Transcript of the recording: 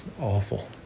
awful